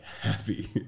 happy